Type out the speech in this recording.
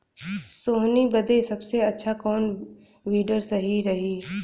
सोहनी बदे सबसे अच्छा कौन वीडर सही रही?